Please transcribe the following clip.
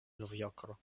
novjorko